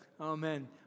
Amen